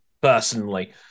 personally